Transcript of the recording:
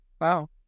Wow